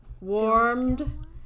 warmed